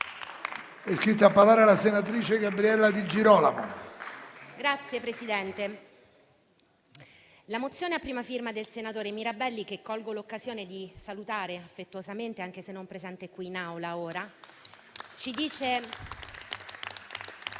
la mozione a prima firma del senatore Mirabelli, che colgo l'occasione per salutare affettuosamente anche se non è presente in Aula,